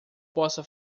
possa